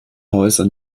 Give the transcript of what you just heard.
häuser